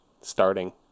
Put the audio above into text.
starting